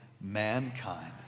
Mankind